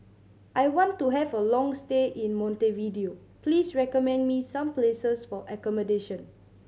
I want to have a long stay in Montevideo please recommend me some places for accommodation